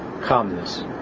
calmness